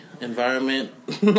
environment